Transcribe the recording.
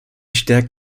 stärkt